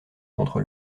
contre